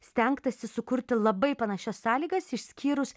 stengtasi sukurti labai panašias sąlygas išskyrus